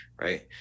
right